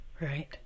Right